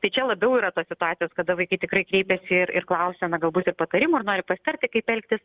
tai čia labiau yra tos situacijos kada vaikai tikrai kreipiasi ir ir klausia na galbūt ir patarimų ir nori pasitarti kaip elgtis